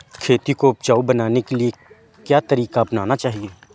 खेती को उपजाऊ बनाने के लिए क्या तरीका अपनाना चाहिए?